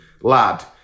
lad